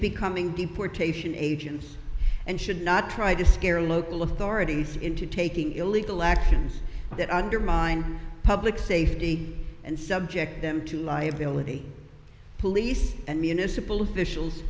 becoming deportation agents and should not try to scare local authorities into taking illegal actions that undermine public safety and subject them to liability police and municipal officials